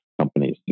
companies